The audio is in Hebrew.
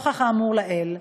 נוכח האמור לעיל,